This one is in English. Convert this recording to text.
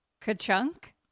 Ka-chunk